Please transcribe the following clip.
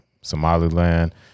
Somaliland